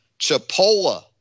Chipola